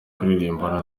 kuririmbana